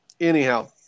Anyhow